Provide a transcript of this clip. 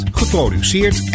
geproduceerd